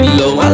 low